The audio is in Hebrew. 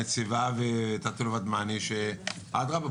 הנציבה ואת תת-אלוף ודמני אדרבה,